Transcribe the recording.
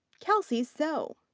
kelsey so.